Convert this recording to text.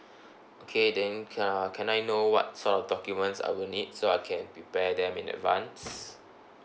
okay then can uh can I know what sort of documents I will need so I can prepare them in advance